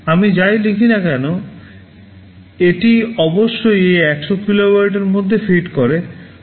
আমি যাই লিখি না কেন এটি অবশ্যই এই 100 কিলোবাইটের মধ্যে ফিট করে